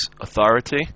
authority